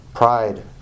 pride